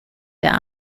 der